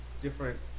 different